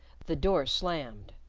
the door slammed.